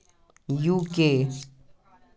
UK